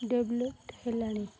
developed ହେଲାଣି